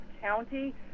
county